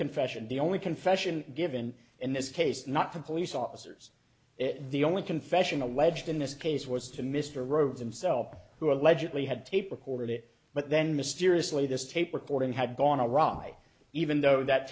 confession the only confession given in this case is not to police officers the only confession alleged in this case was to mr rove himself who allegedly had tape recorded it but then mysteriously this tape recording had gone a raw i even though that